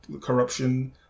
corruption